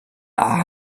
are